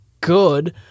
good